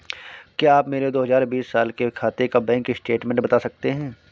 क्या आप मेरे दो हजार बीस साल के खाते का बैंक स्टेटमेंट बता सकते हैं?